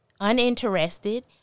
uninterested